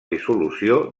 dissolució